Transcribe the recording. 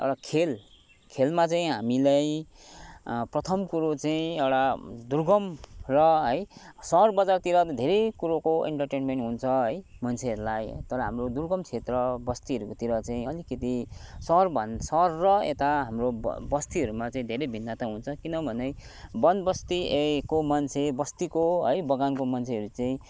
एउटा खेल खेलमा चाहिँ हामीलाई प्रथम कुरो चाहिँ एउटा दुर्गम र है सहर बजारतिर त धेरै कुरोको इन्टरटेन्मेन्ट हुन्छ है मान्छेहरूलाई तर हाम्रो दुर्गम क्षेत्र बस्तीहरूकोतिर चाहिँ अलिकति सहर भन सहर र यता हाम्रो बस्तीहरूमा चाहिँ धेरै भिन्नता हुन्छ किनभने वन बस्ती एको मान्छे बस्तीको है बगानको मान्छेहरू चै